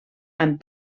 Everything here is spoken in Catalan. amb